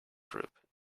group